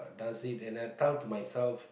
herself and I tell to myself